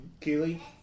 Keely